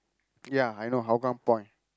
ya I know Hougang-Point